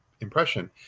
impression